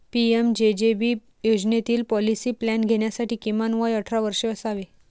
PMJJB योजनेतील policy plan घेण्यासाठी किमान वय अठरा वर्षे असावे